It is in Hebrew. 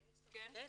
כן.